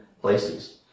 places